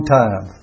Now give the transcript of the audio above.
time